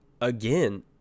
again